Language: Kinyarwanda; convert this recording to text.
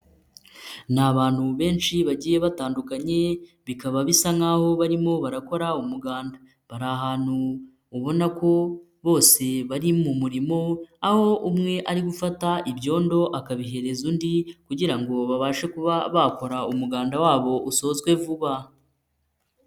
Ni abantu benshi bagiye batandukanye, bikaba bisa n'aho barimo barakora umuganda, bari ahantu ubona ko bose bari mu murimo, aho umwe ari gufata ibyondo akabihereza undi kugira ngo babashe kuba bakora umuganda wabo usozwe vuba.